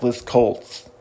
Colts